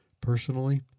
Personally